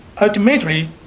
Ultimately